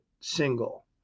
single